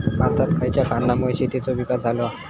भारतात खयच्या कारणांमुळे शेतीचो विकास झालो हा?